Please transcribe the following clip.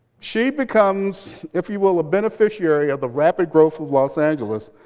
she becomes, if you will, a beneficiary of the rapid growth of los angeles